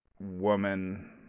woman